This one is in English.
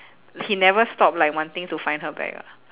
he never stopped like wanting to find her back ah